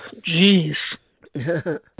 Jeez